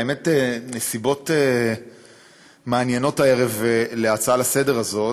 האמת שיש נסיבות מעניינות הערב להצעה לסדר-היום הזאת.